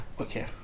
okay